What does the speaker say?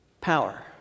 power